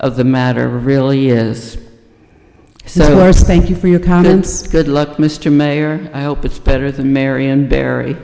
of the matter really is so as thank you for your comments good luck mr mayor i hope it's better than marion barry